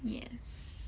yes